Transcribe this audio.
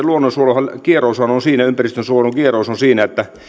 luonnonsuojelun ja ympäristönsuojelun kieroushan on siinä että